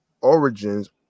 origins